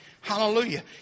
Hallelujah